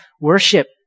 worship